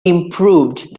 improved